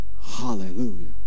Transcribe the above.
Hallelujah